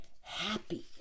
happy